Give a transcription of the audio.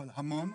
אבל המון.